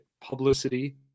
publicity